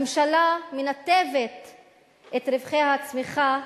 הממשלה מנתבת את רווחי הצמיחה